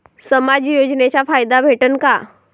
समाज योजनेचा फायदा भेटन का?